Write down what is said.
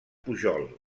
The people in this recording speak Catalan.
pujol